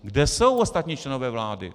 Kde jsou ostatní členové vlády?